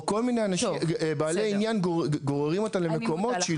או כל מיני בעלי עניין גוררים אותה למקומות שהיא